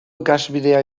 ikasbidea